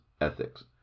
ethics